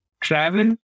travel